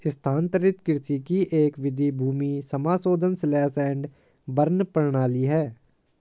स्थानांतरित कृषि की एक विधि भूमि समाशोधन स्लैश एंड बर्न प्रणाली है